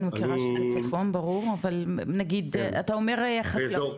אני מכירה את הצפון, ברור, אתה אומר חקלאי.